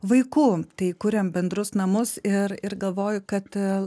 vaikų tai kuriam bendrus namus ir ir galvoju kad